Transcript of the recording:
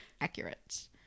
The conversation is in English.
accurate